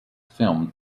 filmed